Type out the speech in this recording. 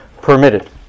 permitted